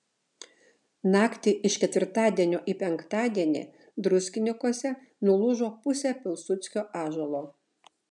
naktį iš ketvirtadienio į penktadienį druskininkuose nulūžo pusė pilsudskio ąžuolo